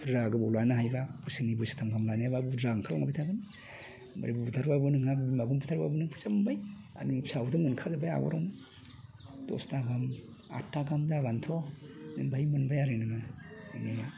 बुरजा लानो हायोब्ला बोसोरनै बोसोरथाम लानो हायोबा बुरजा ओंखारलांबाय थागोन बुथारबाबो नोंहा फैसा मोनबाय आरो फिसायावबाबो मोनखागोन नों दस था गाहाम आदथा गाहाम जाबानथ' मोनबाय आरो नोङो